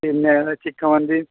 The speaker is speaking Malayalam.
പിന്നെ ചിക്കന് മന്തി